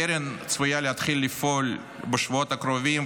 הקרן צפויה להתחיל לפעול בשבועות הקרובים,